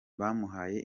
bamuhaye